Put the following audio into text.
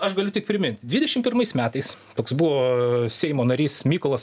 aš galiu tik pirmint dvidešim pirmais metais toks buvo seimo narys mykolas